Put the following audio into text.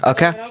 Okay